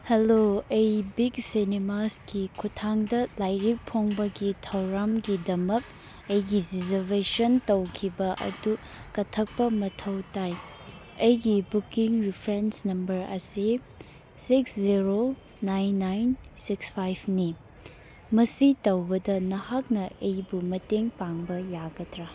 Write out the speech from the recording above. hello ꯑꯩ big ꯁꯤꯅꯦꯃꯥꯁꯀꯤ ꯈꯨꯊꯥꯡꯗ ꯂꯥꯏꯔꯤꯛ ꯐꯣꯡꯕꯒꯤ ꯊꯧꯔꯝꯒꯤꯗꯃꯛ ꯑꯩꯒꯤ ꯖꯤꯖꯕꯦꯁꯟ ꯇꯧꯈꯤꯕ ꯑꯗꯨ ꯀꯛꯊꯠꯄ ꯃꯊꯧ ꯇꯥꯏ ꯑꯩꯒꯤ ꯕꯨꯛꯀꯤꯡ ꯔꯤꯐꯔꯦꯟꯁ ꯅꯝꯕꯔ ꯑꯁꯤ six zero nine nine six ꯐꯥꯏꯚꯅꯤ ꯃꯁꯤ ꯇꯧꯕꯗ ꯅꯍꯥꯛꯅ ꯑꯩꯕꯨ ꯃꯇꯦꯡ ꯄꯥꯡꯕ ꯌꯥꯒꯗ꯭ꯔꯥ